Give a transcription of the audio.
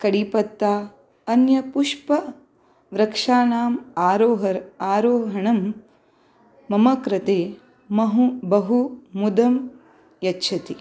किडिपत्ता अन्यपुष्पवृक्षाणाम् आरोह आरोहणं मम कृते महु बहु मुदं यच्छति